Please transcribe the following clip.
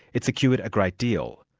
it secured a great deal.